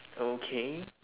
okay